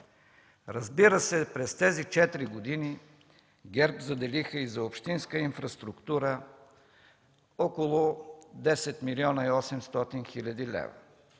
Разбира се, през тези 4 години ГЕРБ заделиха и за общинска инфраструктура около 10 млн. 800 хил. лв.,